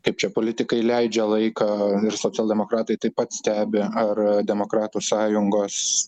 kaip čia politikai leidžia laiką ir socialdemokratai taip pat stebi ar demokratų sąjungos